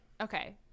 okay